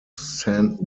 saint